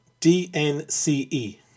DNCE